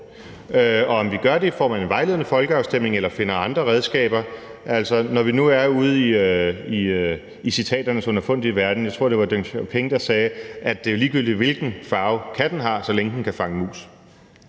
– om vi så gør det i form af en vejledende folkeafstemning eller finder andre redskaber. Når vi nu er ude i citaternes underfundige verden, tror jeg, det var Deng Xiaoping, der sagde, at det er ligegyldigt, hvilken farve katten har, så længe den kan fange mus.